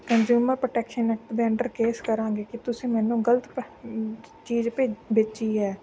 consumer protection act ਦੇ under case ਕਰਾਂਗੀ ਕਿ ਤੁਸੀਂ ਮੈਨੂੰ ਗਲਤ ਚੀਜ਼ ਭੇ ਵੇਚੀ ਹੈ